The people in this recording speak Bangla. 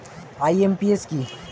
আই.এম.পি.এস কি?